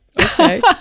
okay